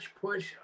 push